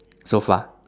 so far